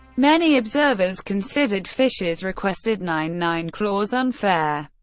many observers considered fischer's requested nine nine clause unfair,